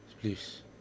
please